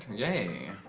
yay